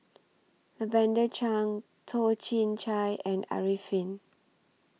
Lavender Chang Toh Chin Chye and Arifin